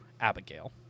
Abigail